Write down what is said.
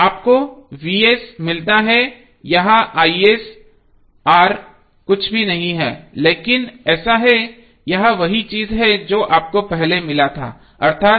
आपको मिलता है यह कुछ भी नहीं है लेकिन ऐसा है यह वही चीज़ है जो आपको पहले मिला था अर्थात